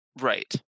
Right